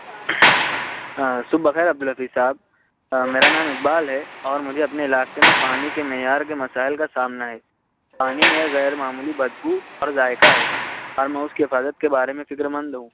ہاں صبح بخیر عبد الحفیظ صاحب میرا نام اقبال ہے اور مجھے اپنے علاقے میں پانی کے معیار کے مسائل کا سامنا ہے پانی میں غیر معمولی بد بو اور ذائقہ ہے اور میں اس کے حفاظت کے بارے میں فکر مند ہوں